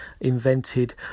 invented